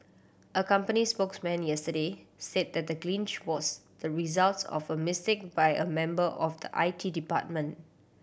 a company spokesman yesterday said that the was the results of a mistake by a member of the I T department